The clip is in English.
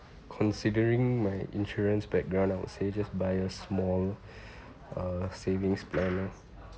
considering my insurance background I would say just buy a small uh savings planner